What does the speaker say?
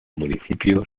municipio